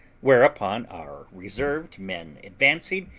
whereupon our reserved men advancing,